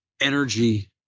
energy